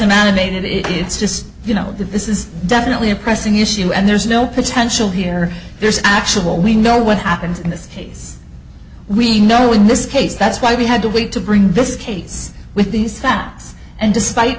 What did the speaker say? of it it's just you know that this is definitely a pressing issue and there's no potential here there's actual we know what happens in this case we know in this case that's why we had to wait to bring this case with these facts and despite